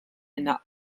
not